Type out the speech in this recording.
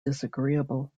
disagreeable